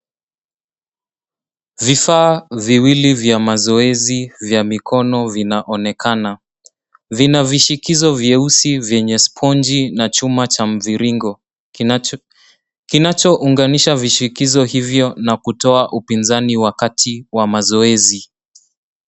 Vifaa viwili vya mazoezi ya mikono vinaonekana. Vina vishikizo vyeusi vyenye sponji na chuma cha mviringo kinachounganisha vishikizo hivyo na kutoa upinzani wakati wa mazoezi.